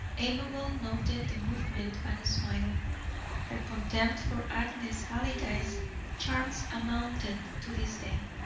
amabel noted the movement and smiled. her contempt for agnes halliday's charms amounted to disdain.